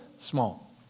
small